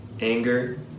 anger